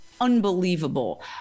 unbelievable